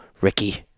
ricky